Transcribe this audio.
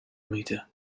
mıydı